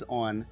on